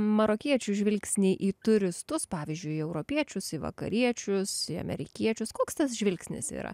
marokiečių žvilgsnį į turistus pavyzdžiui į europiečius į vakariečius į amerikiečius koks tas žvilgsnis yra